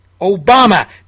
Obama